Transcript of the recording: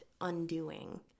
undoing